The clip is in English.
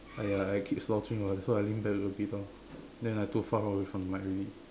!aiya! I keep slouching [what] that's why I lean back a bit orh then I too far away from the mic already